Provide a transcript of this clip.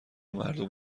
مردم